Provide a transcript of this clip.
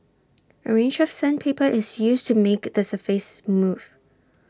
A range of sandpaper is used to make the surface smooth